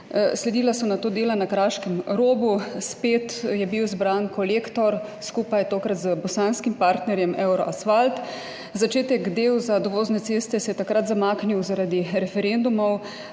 sledila dela na Kraškem robu, spet je bil izbran Kolektor, tokrat skupaj z bosanskim partnerjem Euro-Asfalt. Začetek del za dovozne ceste se je takrat zamaknil zaradi referendumov,